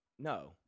No